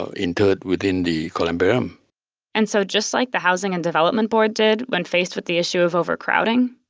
ah entered within the columbarium and so just like the housing and development board did when faced with the issue of overcrowding,